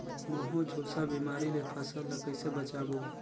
महू, झुलसा बिमारी ले फसल ल कइसे बचाबो?